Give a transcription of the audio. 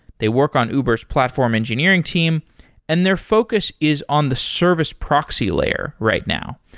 they work on uber s platform engineering team and their focus is on the service proxy layer right now,